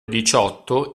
diciotto